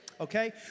Okay